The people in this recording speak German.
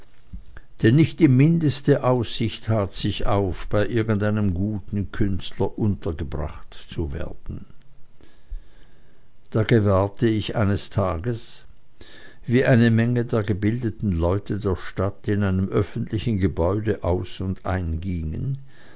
denn nicht die mindeste aussicht tat sich auf bei irgendeinem guten künstler untergebracht zu werden da gewahrte ich eines tages wie eine menge der gebildeten leute der stadt in einem öffentlichen gebäude aus und